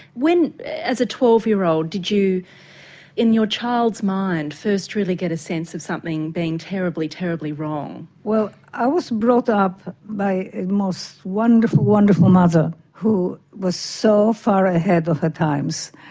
when, as a twelve year old, did you in your child's mind first really get a sense of something being terribly, terribly wrong? well i was brought up by a most wonderful, wonderful mother, who was so far ahead of her times.